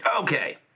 Okay